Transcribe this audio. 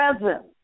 present